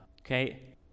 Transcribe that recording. okay